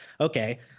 okay